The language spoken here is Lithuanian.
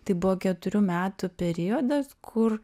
tai buvo keturių metų periodas kur